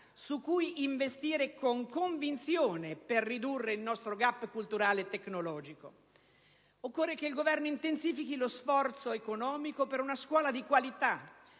su cui investire con convinzione per ridurre il nostro *gap* culturale e tecnologico. Occorre che il Governo intensifichi lo sforzo economico per una scuola di qualità